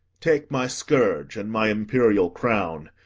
take my scourge and my imperial crown,